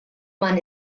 man